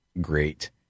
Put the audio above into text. great